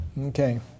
Okay